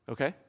Okay